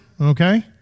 okay